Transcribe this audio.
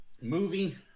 Movie